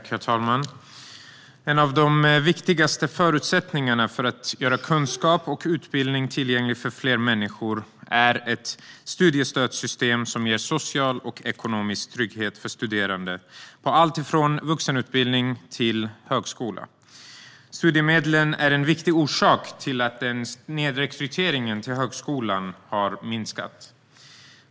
Herr talman! En av de viktigaste förutsättningarna för att göra kunskap och utbildning tillgänglig för fler människor är ett studiestödssystem som ger social och ekonomisk trygghet för studerande på alltifrån vuxenutbildning till högskola. Studiemedlen är en viktig orsak till att snedrekryteringen till högskolan har minskat.